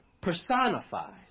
personified